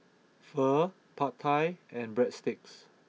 Pho Pad Thai and Breadsticks